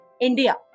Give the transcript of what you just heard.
India